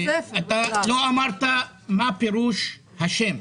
אתה לא אמרת מה פירוש השם,